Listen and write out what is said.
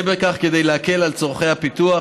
כדי להקל על צורכי הפיתוח,